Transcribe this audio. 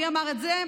מי אמר את זה?